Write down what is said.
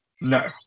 No